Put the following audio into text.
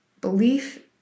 belief